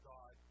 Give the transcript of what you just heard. God